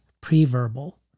pre-verbal